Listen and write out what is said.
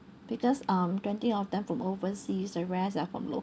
because um twenty of them from overseas the rest are from local